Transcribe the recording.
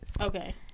okay